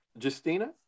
Justina